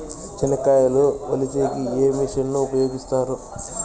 చెనక్కాయలు వలచే కి ఏ మిషన్ ను ఉపయోగిస్తారు?